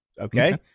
Okay